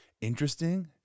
interesting